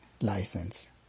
license